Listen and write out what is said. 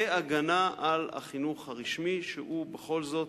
כהגנה על החינוך הרשמי, שהוא בכל זאת,